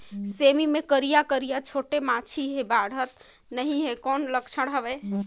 सेमी मे करिया करिया छोटे माछी हे बाढ़त नहीं हे कौन लक्षण हवय?